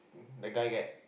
the guy get